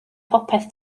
popeth